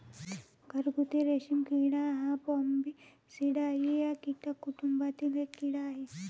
घरगुती रेशीम किडा हा बॉम्बीसिडाई या कीटक कुटुंबातील एक कीड़ा आहे